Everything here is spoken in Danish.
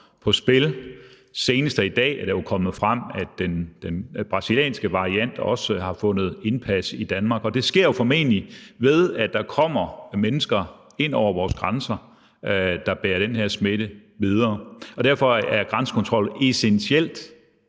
på spil. Senest i dag er det jo kommet frem, at den brasilianske variant også har vundet indpas i Danmark. Og det sker jo formentlig ved, at der kommer mennesker ind over vores grænser, der bærer den her smitte videre. Og derfor er grænsekontrol essentielt